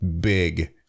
big